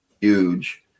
huge